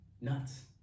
nuts